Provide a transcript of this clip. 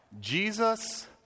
Jesus